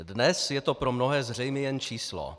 Dnes je to pro mnohé zřejmě jen číslo.